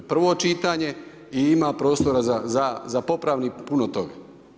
Prvo čitanje i ima prostora za popravni puno toga.